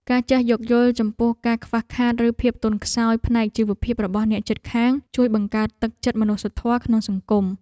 ការចេះយោគយល់ចំពោះការខ្វះខាតឬភាពទន់ខ្សោយផ្នែកជីវភាពរបស់អ្នកជិតខាងជួយបង្កើតទឹកចិត្តមនុស្សធម៌ក្នុងសង្គម។